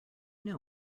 know